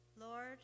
Lord